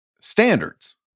standards